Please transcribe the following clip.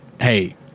hey